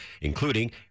including